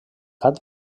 gat